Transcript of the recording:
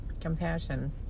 compassion